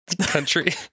country